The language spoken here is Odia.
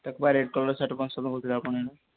ତାକୁ ପରା ରେଡ୍ କଲର୍ ସାର୍ଟ୍ ପସନ୍ଦ କହୁଥିଲେ ଆପଣ ଏଇନା